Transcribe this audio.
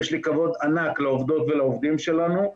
ויש לי כבוד ענק לעובדות ולעובדים שלנו,